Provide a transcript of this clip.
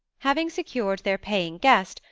having secured their paying guest,